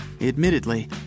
Admittedly